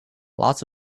lots